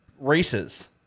races